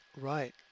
Right